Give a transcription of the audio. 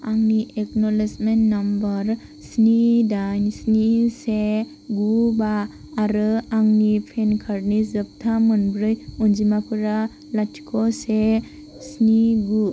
आंनि acknowledgement number स्नि दाइन स्नि से गु बा आरो आंनि पेन कार्डनि जोबथा मोनब्रै अनजिमाफोरा लाथिख' से स्नि गु